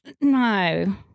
No